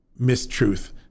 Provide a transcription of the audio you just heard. mistruth